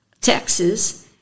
Texas